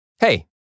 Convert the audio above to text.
Hey